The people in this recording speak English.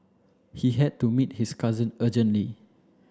he had to meet his cousin urgently